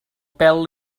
pèl